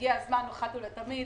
הגיע הזמן אחת ולתמיד,